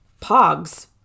Pogs